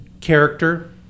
character